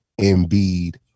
Embiid